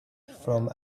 from